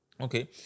Okay